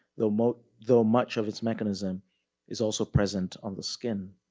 though much though much of its mechanism is also present on the skin.